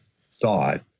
thought